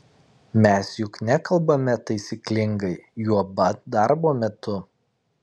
mes juk nekalbame taisyklingai juoba darbo metu